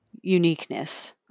uniqueness